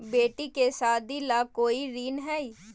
बेटी के सादी ला कोई ऋण हई?